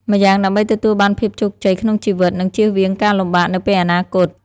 ម្យ៉ាងដើម្បីទទួលបានភាពជោគជ័យក្នុងជីវិតនិងជៀសវាងការលំបាកនៅពេលអនាគត។